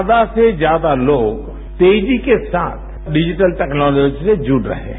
ज्यादा से ज्यादा लोग तेजी के साथ डिजिटल टेक्नोलॉजी से जुड़ रहे हैं